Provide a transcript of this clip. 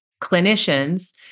clinicians